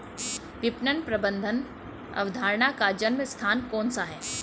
विपणन प्रबंध अवधारणा का जन्म स्थान कौन सा है?